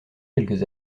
quelques